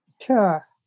sure